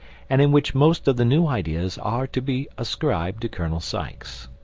and in which most of the new ideas are to be ascribed to colonel sykes.